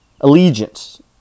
allegiance